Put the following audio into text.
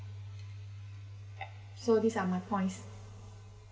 yup so these are my points